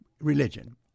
religion